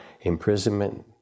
imprisonment